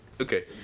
Okay